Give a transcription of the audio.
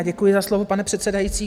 Děkuji za slovo, pane předsedající.